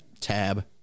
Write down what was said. tab